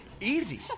Easy